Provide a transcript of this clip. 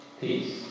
peace